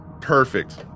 perfect